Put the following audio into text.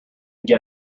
get